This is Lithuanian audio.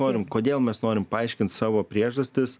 norim kodėl mes norim paaiškint savo priežastis